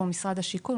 כמו משרד השיכון,